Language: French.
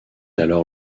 alors